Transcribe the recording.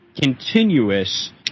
continuous